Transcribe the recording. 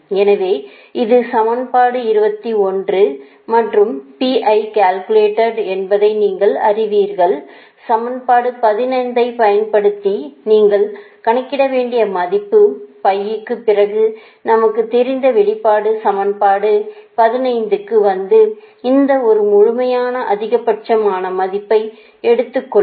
எனவே இது சமன்பாடு 21 மற்றும் என்பதை நீங்கள் அறிவீர்கள் சமன்பாடு 15 ஐப் பயன்படுத்தி நீங்கள் கணக்கிட வேண்டிய மதிப்பு pi க்கு பிறகு நமக்குத் தெரிந்த வெளிப்பாடு சமன்பாடு 15 க்கு வந்து இந்த ஒரு முழுமையான அதிகபட்சமாக மதிப்பை எடுத்துக்கொள்ளும்